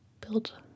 build